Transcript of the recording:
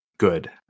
Good